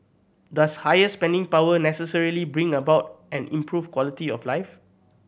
does higher spending power necessarily bring about an improved quality of life